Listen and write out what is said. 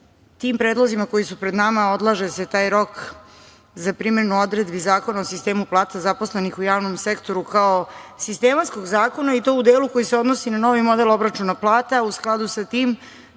Tim predlozima koji su pred nama odlaže se taj rok za primenu odredbi Zakona o sistemu plata zaposlenih u javnom sektoru kao sistematskom zakonu i to u delu koji se odnosi na novi model obračuna plata. U skladu sa tim